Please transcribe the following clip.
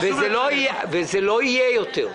זה לא יהיה יותר.